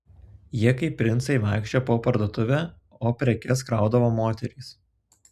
jie kaip princai vaikščiojo po parduotuvę o prekes kraudavo moterys